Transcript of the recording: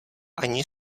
ani